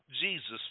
Jesus